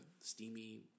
steamy